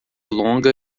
longa